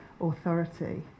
authority